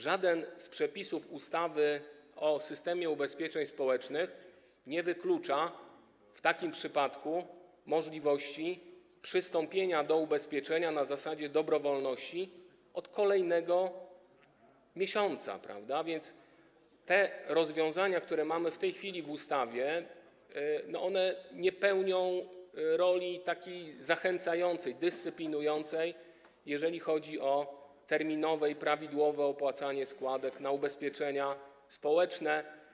Żaden z przepisów ustawy o systemie ubezpieczeń społecznych nie wyklucza w takim przypadku możliwości przystąpienia do ubezpieczenia na zasadzie dobrowolności od kolejnego miesiąca, więc rozwiązania, które mamy w tej chwili w ustawie, nie pełnią roli zachęcającej, dyscyplinującej, jeżeli chodzi o terminowe i prawidłowe opłacanie składek na ubezpieczenia społeczne.